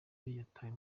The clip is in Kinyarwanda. yatawe